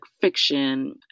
fiction